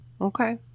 okay